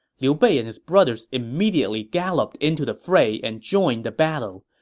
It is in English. liu bei and his brothers immediately galloped into the fray and joined the battle.